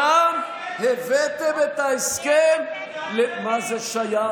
שם הבאתם את ההסכם, מה זה שייך?